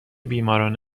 بیماران